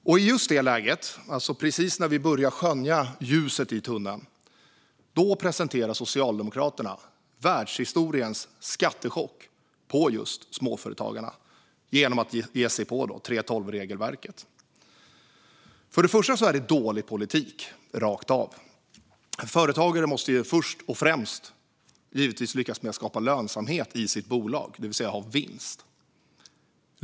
I just det läget, precis när vi börjar skönja ljuset i tunneln, presenterar Socialdemokraterna världshistoriens skattechock för just småföretagarna genom att ge sig på 3:12-regelverket. För det första är det dålig politik rakt av. En företagare måste först och främst lyckas skapa lönsamhet i sitt bolag, det vill säga ha vinst.